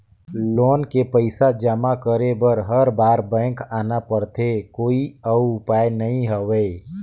Loan के पईसा जमा करे बर हर बार बैंक आना पड़थे कोई अउ उपाय नइ हवय?